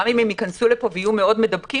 גם אם יכנסו לפה ויהיו מדבקים מאוד,